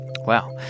Wow